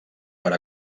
per